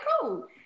cool